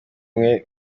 umwe